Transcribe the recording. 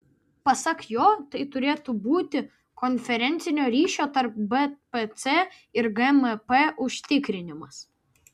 pasak jo tai turėtų būti konferencinio ryšio tarp bpc ir gmp užtikrinimas